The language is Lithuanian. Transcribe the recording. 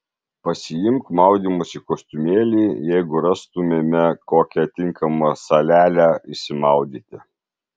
pasiimk maudymosi kostiumėlį jeigu rastumėme kokią tinkamą salelę išsimaudyti